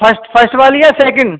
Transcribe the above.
first first والی ہے second